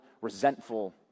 resentful